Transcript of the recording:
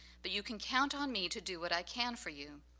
but you can count on me to do what i can for you.